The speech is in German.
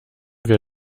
wir